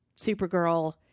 Supergirl